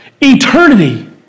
Eternity